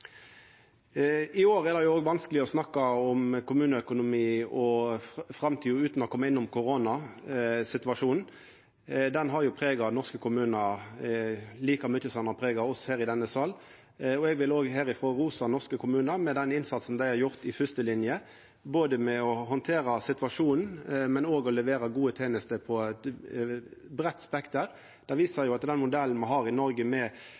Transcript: I år er det vanskeleg å snakka om kommuneøkonomi og framtida utan å koma innom koronasituasjonen, som har prega norske kommunar like mykje som han har prega oss her i denne salen. Eg vi herifrå rosa norske kommunar for den innsatsen dei har gjort i førstelinja, både med å handtera situasjonen og å levera gode tenester på eit breitt spekter. Det viser at den modellen me har i Noreg med